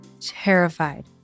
terrified